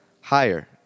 higher